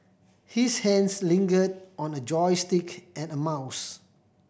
his hands lingered on a joystick and a mouse